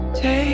Take